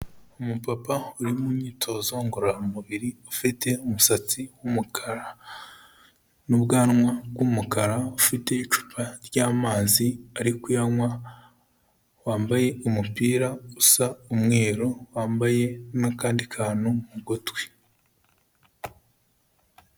Umupapa uri mu myitozo ngororamubiri, ufite umusatsi w'umukara n'ubwanwa bw'umukara, ufite icupa ry'amazi ari kuyanywa, wambaye umupira usa umweru, wambaye n'akandi kantu mu gutwi.